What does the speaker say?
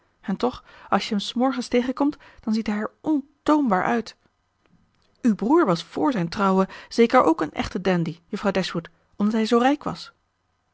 en toch als je hem s morgens tegenkomt dan ziet hij er ontoonbaar uit uw broer was vr zijn trouwen zeker ook een echte dandy juffrouw dashwood omdat hij zoo rijk was